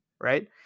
right